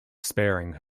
sparing